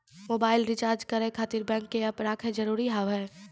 Mobile recharge करे खातिर bank के ऐप रखे जरूरी हाव है?